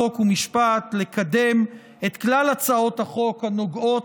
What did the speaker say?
חוק ומשפט לקדם את כלל הצעות החוק הנוגעות